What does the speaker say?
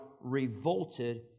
revolted